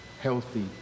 healthy